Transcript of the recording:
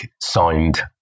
signed